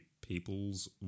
peoples